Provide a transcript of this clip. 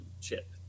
chip